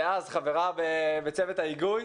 דאז חברה בצוות ההיגוי,